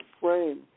frame